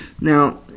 Now